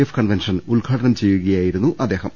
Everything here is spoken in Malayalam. എഫ് കൺവെൻഷൻ ഉദ്ഘാ ടനം ചെയ്യുകയായിരുന്നു അദ്ദേഹം